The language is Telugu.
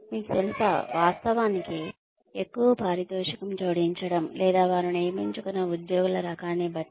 మీకు తెలుసా వాస్తవానికి ఎక్కువ పారితోషికం జోడించడం లేదా వారు నియమించుకున్న ఉద్యోగుల రకాన్ని బట్టి